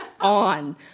on